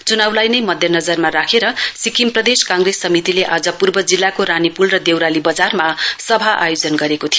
चुनाउलाई नै मध्यनजरमा राखेर सिक्किम प्रदेश काँग्रेस समितिले आज पूर्व जिल्लाको रानीपूल र देउराली वजारमा सभा आयोजन गरेको थियो